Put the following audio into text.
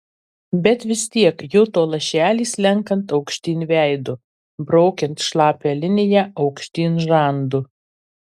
bet vis tiek juto lašelį slenkant aukštyn veidu braukiant šlapią liniją aukštyn žandu